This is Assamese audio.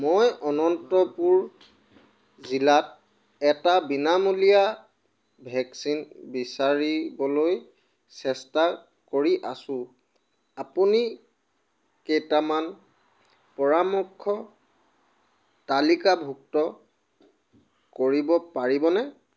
মই অনন্তপুৰ জিলাত এটা বিনামূলীয়া ভেকচিন বিচাৰিবলৈ চেষ্টা কৰি আছোঁ আপুনি কেইটামান পৰামৰ্শ তালিকাভুক্ত কৰিব পাৰিবনে